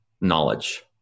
knowledge